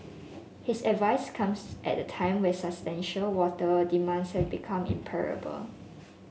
his advice comes at a time when water demands have become imperative